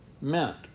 meant